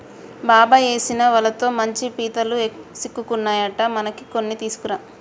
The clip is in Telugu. బాబాయ్ ఏసిన వలతో మంచి పీతలు సిక్కుకున్నాయట మనకి కొన్ని తీసుకురా